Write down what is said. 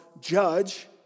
judge